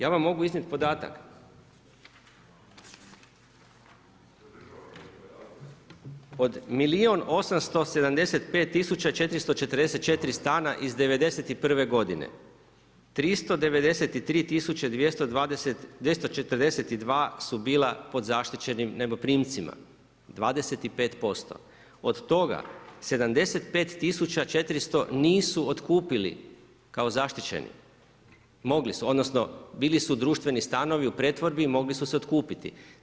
Ja vam mogu iznijeti podatak od milijun 875 tisuća 444 stana iz '91. godine, 393 tisuće 242 su bila pod zaštićenim najmoprimcima 25% od toga 75 tisuća 400 nisu otkupili kao zaštićeni, mogli su odnosno bili su društveni stanovi u pretvorbi i mogli su se otkupiti.